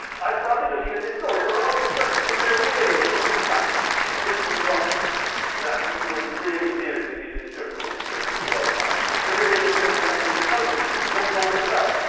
i started looking at this story and there are obvious questions. is there really a football fan this neurotic that he would really, seriously need an insurance policy to go through the world cup? is there really an insurance company that does these things? what's all this about?